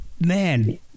man